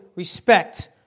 Respect